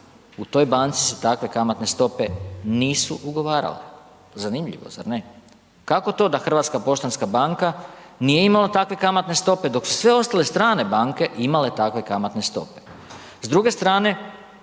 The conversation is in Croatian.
u toj banci se takve kamatne stope nisu ugovarale, zanimljivo zar ne. Kako to da Hrvatska poštanska banka nije imala takve kamatne stope, dok su sve ostale strane banke imale takve kamatne stope. S druge strane